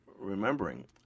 remembering